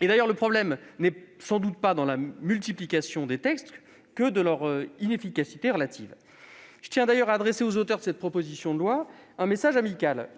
D'ailleurs, le problème n'est sans doute pas tant dans la multiplication des textes que dans leur inefficacité relative. Je tiens à adresser aux auteurs de cette proposition de loi un message amical